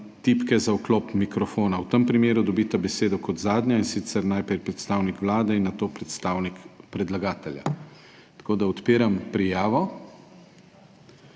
tipke za vklop mikrofona. V tem primeru dobita besedo kot zadnja, in sicer najprej predstavnik Vlade in nato predstavnik predlagatelja. Tako da odpiram prijavo.